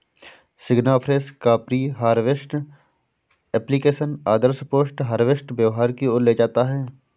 सिग्नाफ्रेश का pre harvest application आदर्श post harvest व्यवहार की ओर ले जाता है